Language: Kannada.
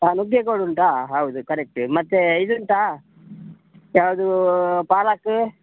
ಹಾಂ ನುಗ್ಗೆಗೋಡು ಉಂಟಾ ಹೌದು ಕರೆಕ್ಟ್ ಮತ್ತೆ ಇದು ಉಂಟಾ ಯಾವುದು ಪಾಲಕ